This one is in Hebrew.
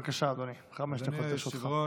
אדוני היושב-ראש,